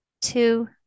two